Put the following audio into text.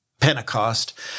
Pentecost